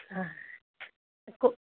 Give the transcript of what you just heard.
ହଁ କୋଉ